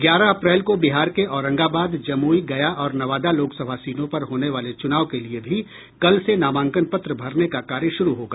ग्यारह अप्रैल को बिहार के औरंगाबाद जमुई गया और नवादा लोकसभा सीटों पर होने वाले चुनाव के लिए भी कल से नामांकन पत्र भरने का कार्य शुरू होगा